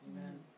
Amen